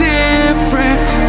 different